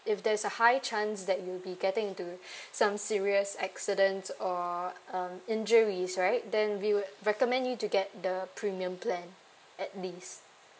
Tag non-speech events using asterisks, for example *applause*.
if there is a high chance that you'll be getting into *breath* some serious accidents or um injuries right then we would recommend you to get the premium plan at least